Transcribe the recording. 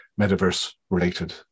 metaverse-related